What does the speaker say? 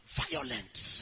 violence